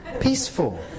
peaceful